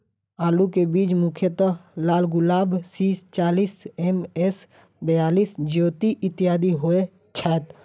आलु केँ बीज मुख्यतः लालगुलाब, सी चालीस, एम.एस बयालिस, ज्योति, इत्यादि होए छैथ?